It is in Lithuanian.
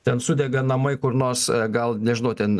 ten sudega namai kur nors gal nežinau ten